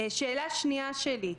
שאלה שנייה שלי.